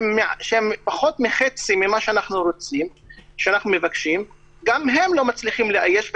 הם פחות מחצי ממה שאנחנו מבקשים גם הם לא מצליחים לאייש.